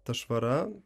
ta švara